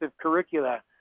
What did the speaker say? curricula